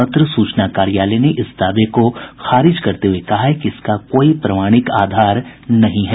पत्र सूचना कार्यालय ने इस दावे को खारिज करते हुये कहा है कि इसका कोई प्रमाणिक आधार नहीं है